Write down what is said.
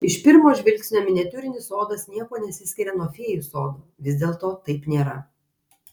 iš pirmo žvilgsnio miniatiūrinis sodas niekuo nesiskiria nuo fėjų sodo vis dėlto taip nėra